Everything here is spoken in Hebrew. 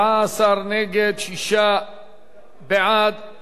להסיר מסדר-היום את הצעת חוק זכויות הדייר בדיור הציבורי (תיקון,